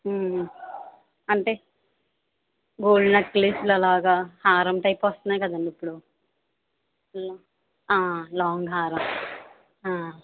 అంటే గోల్డ్ నక్లెస్లు అలాగా హారం టైప్ వస్తున్నాయి కదండీ ఇపుడూ లాంగ్ హారం